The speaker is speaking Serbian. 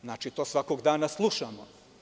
Znači, to svakog dana slušamo.